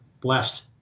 blessed